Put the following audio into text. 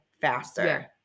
faster